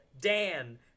Dan